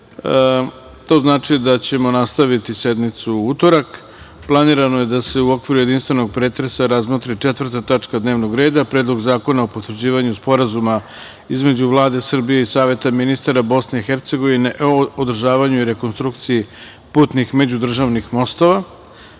to znači da ćemo nastaviti sednicu u utorak. Planirano je da se u okviru jedinstvenog pretresa razmotri 4. tačka dnevnog reda – Predlog zakona o potvrđivanju Sporazuma između Vlade Srbije i Saveta ministara Bosne i Hercegovine o održavanju i rekonstrukciji putnih međudržavnih mostova,